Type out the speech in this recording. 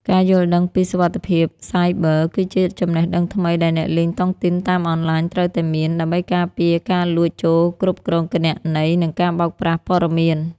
ការយល់ដឹងពី "សុវត្ថិភាពសាយប័រ" គឺជាចំណេះដឹងថ្មីដែលអ្នកលេងតុងទីនតាមអនឡាញត្រូវតែមាន ដើម្បីការពារការលួចចូលគ្រប់គ្រងគណនី និងការបោកប្រាស់ព័ត៌មាន។